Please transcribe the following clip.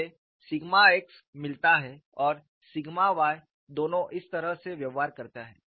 मुझे sigma x मिलता है और सिग्मा y दोनों इस तरह से व्यवहार करते हैं